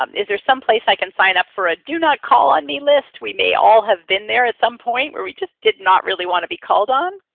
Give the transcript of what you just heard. um is there someplace i can sign up for a do not call on me list? we may all have been there at some point, where we just did not really want to be called on.